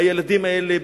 הילדים האלה,